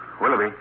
Willoughby